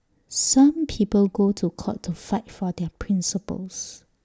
some people go to court to fight for their principles